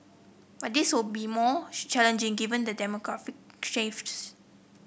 but this will be more challenging given demographic